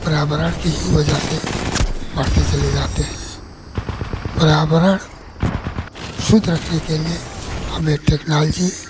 पर्यावरण की ही वजह से बढ़ते चले जाते हैं पर्यावरण शुद्ध रखने के लिए हमें टेक्नोलोजी